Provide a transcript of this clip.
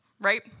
right